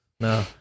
No